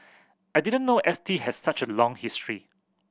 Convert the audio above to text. I didn't know S T had such a long history